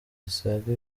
zisaga